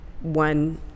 one